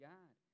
God